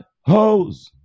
hoes